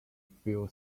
fuel